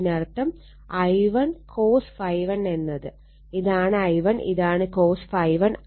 അതിനർത്ഥം I1 cos ∅1 എന്നത് ഇതാണ് I1 ഇതാണ് cos ∅1